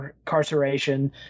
incarceration